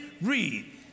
Read